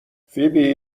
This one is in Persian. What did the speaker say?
فیبی